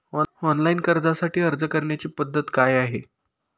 Online कर्जासाठी अर्ज करण्याची पद्धत काय आहे?